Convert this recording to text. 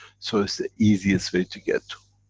so it's the easiest way to get to.